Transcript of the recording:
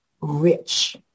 rich